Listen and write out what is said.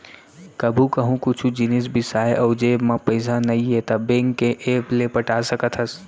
कभू कहूँ कुछु जिनिस बिसाए अउ जेब म पइसा नइये त बेंक के ऐप ले पटा सकत हस